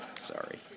sorry